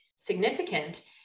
significant